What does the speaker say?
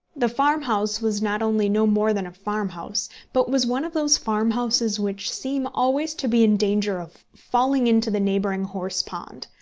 the farmhouse was not only no more than a farmhouse, but was one of those farmhouses which seem always to be in danger of falling into the neighbouring horse-pond.